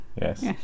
Yes